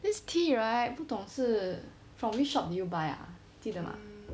this tea right 不懂是 from which shop did you buy ah 记得吗